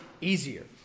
easier